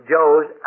Joe's